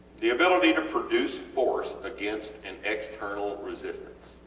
the ability to produce force against an external resistance,